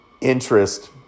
interest